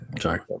Sorry